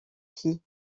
filles